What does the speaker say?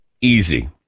easy